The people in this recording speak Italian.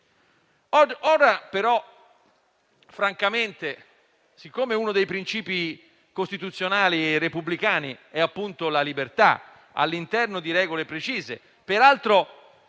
in poi. Ora, siccome uno dei principi costituzionali e repubblicani è la libertà, all'interno di regole precise, peraltro